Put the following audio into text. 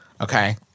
Okay